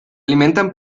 alimentan